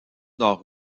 nord